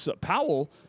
Powell